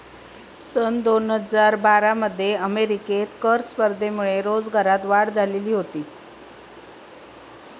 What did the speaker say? सन दोन हजार बारा मध्ये अमेरिकेत कर स्पर्धेमुळे रोजगारात वाढ झालेली होती